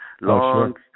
long